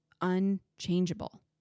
unchangeable